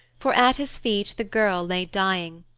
for at his feet the girl lay dying.